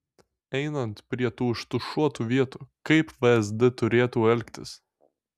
einant prie tų užtušuotų vietų kaip vsd turėtų elgtis